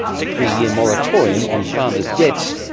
a three-year moratorium on farmers' debts,